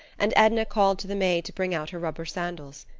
and edna called to the maid to bring out her rubber sandals.